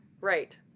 Right